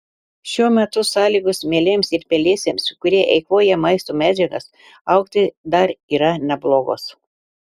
šiuo metu sąlygos mielėms ir pelėsiams kurie eikvoja maisto medžiagas augti dar yra neblogos